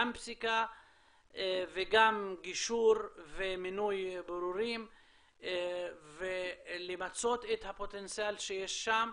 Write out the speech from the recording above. גם פסיקה וגם גישור ומינוי בוררים ולמצות את הפוטנציאל שיש שם,